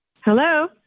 Hello